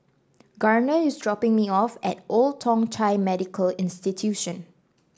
Garner is dropping me off at Old Thong Chai Medical Institution